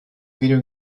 video